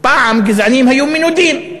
פעם גזענים היו מנודים,